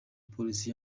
polisi